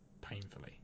painfully